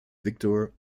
victor